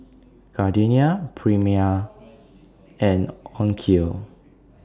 Gardenia Prima and Onkyo